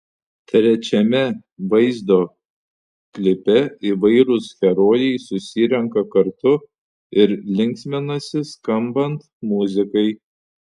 trečiame vaizdo klipe įvairūs herojai susirenka kartu ir linksminasi skambant muzikai